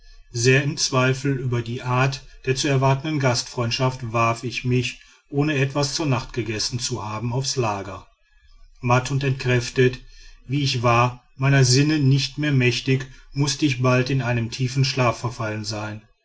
sehr im zweifel über die art der zu erwartenden gastfreundschaft warf ich mich ohne etwas zur nacht gegessen zu haben aufs lager matt und entkräftet wie ich war meiner sinne nicht mehr mächtig muß ich bald in einen tiefen schlaf verfallen sein